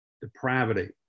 depravity